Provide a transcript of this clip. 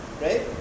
right